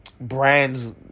brands